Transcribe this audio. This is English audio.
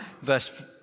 verse